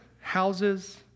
houses